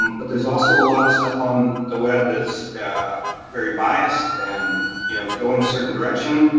um but there's also a lot of stuff on the web that's very biased and you know go in a certain direction.